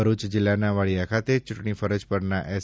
ભરૂચ જિલ્લાના વાળીયા ખાતે ચૂંટણી ફરજ પરના એસ